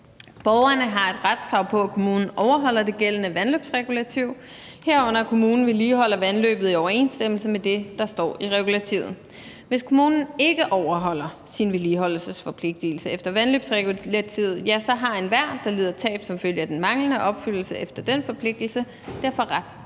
Borgerne har et retskrav på, at kommunen overholder det gældende vandløbsregulativ, herunder at kommunen vedligeholder vandløbet i overensstemmelse med det, der står i regulativet. Hvis kommunen ikke overholder sin vedligeholdelsesforpligtelse efter vandløbsregulativet, ja, så har enhver, der lider tab som følge af den manglende opfyldelse efter den forpligtelse, derfor ret